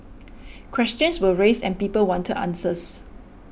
questions were raised and people wanted answers